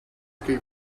gave